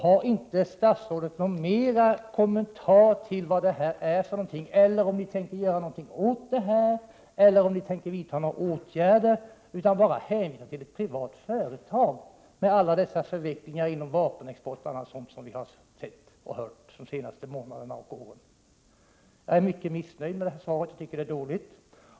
Har inte statsrådet någon ytterligare kommentar till vad det här rör sig om, eller något svar på frågan om regeringen tänker vidta några åtgärder, utöver denna hänvisning till ett privat företag? Vi har ju sett och hört om alla dessa förvecklingar inom vapenexporten m.m. de senaste månaderna och åren. Jag är mycket missnöjd med svaret. Jag tycker att det är dåligt.